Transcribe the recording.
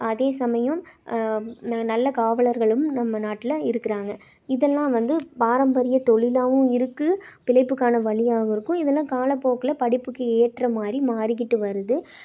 அதேசமயம் நல்ல காவலர்களும் நம்ம நாட்டில் இருக்கிறாங்க இதெல்லாம் வந்து பாரம்பரிய தொழிலாகவும் இருக்கு பிழைப்புக்கான வழியாகவும் இருக்கு இதெல்லாம் காலப்போக்கில் படிப்புக்கு ஏற்ற மாதிரி மாறிக்கிட்டே வருது